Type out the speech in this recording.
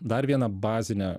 dar vieną bazinę